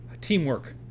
teamwork